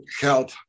Help